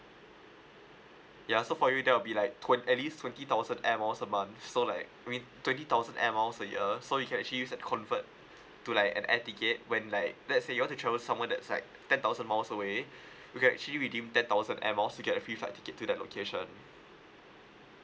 yeah so for you that'll be like twen~ at least twenty thousand air miles a month so like I mean twenty thousand air miles a year so you can actually use and convert to like an air ticket when like let's say you want to travel somewhere that's like ten thousand miles away you can actually redeem ten thousand air miles to get a free flight ticket to that location